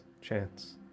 chance